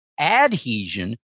adhesion